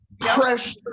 pressure